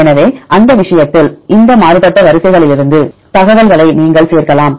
எனவே அந்த விஷயத்தில் இந்த மாறுபட்ட வரிசைகளிலிருந்து தகவல்களை நீங்கள் சேர்க்கலாம்